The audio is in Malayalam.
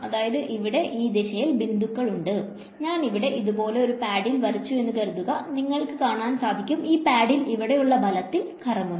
അതായത് ഇവിടെ ഈ ദിശയിൽ ബിന്ദുക്കൾ ഉണ്ട് ഞാൻ ഇവിടെ ഇതുപോലെ ഒരു പാഡിൽ വച്ചു എന്ന് കരുതുക നിങ്ങൾക്ക് കാണാൻ സാധിക്കും ഈ പാഡിൽ ഇവിടെയുള്ള ബലത്തിൽ കറങ്ങുന്നത്